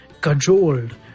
cajoled